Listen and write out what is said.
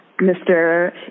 Mr